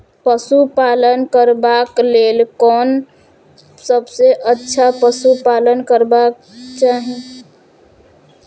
पशु पालन करबाक लेल कोन सबसँ अच्छा पशु पालन करबाक चाही?